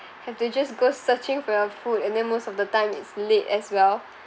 have to just go searching for your food and then most of the time it's late as well